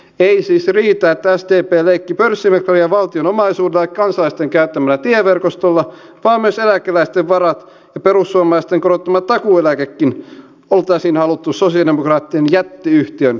ei siis riitä että sdp leikki pörssimeklaria valtion omaisuudella ja kansalaisten käyttämällä tieverkostolla vaan myös eläkeläisten varat ja perussuomalaisten korottama takuueläkekin oltaisiin haluttu sosialidemokraattien jättiyhtiön rahoittajaksi